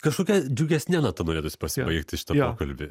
kažkokia džiugesne nata norėtųsi pasibaigti šitą pokalbį